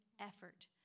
effort